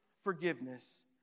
forgiveness